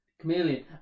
Chameleon